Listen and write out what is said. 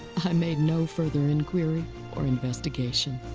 i made no further inquiry or investigation.